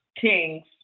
Kings